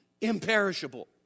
imperishable